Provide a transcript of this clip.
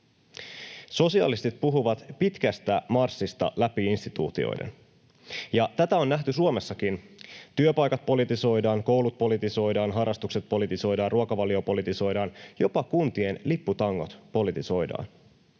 Sosialistit puhuvat pitkästä marssista läpi instituutioiden, ja tätä on nähty Suomessakin: työpaikat politisoidaan, koulut politisoidaan, harrastukset politisoidaan, ruokavalio politisoidaan, jopa kuntien lipputangot politisoidaan